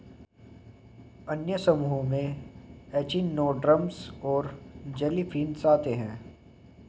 अन्य समूहों में एचिनोडर्म्स और जेलीफ़िश आते है